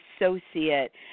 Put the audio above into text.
associate